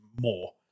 more